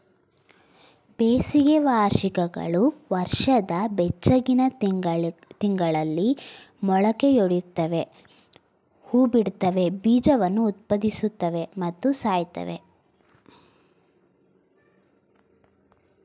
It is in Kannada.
ಬೇಸಿಗೆ ವಾರ್ಷಿಕಗಳು ವರ್ಷದ ಬೆಚ್ಚಗಿನ ತಿಂಗಳಲ್ಲಿ ಮೊಳಕೆಯೊಡಿತವೆ ಹೂಬಿಡ್ತವೆ ಬೀಜವನ್ನು ಉತ್ಪಾದಿಸುತ್ವೆ ಮತ್ತು ಸಾಯ್ತವೆ